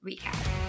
recap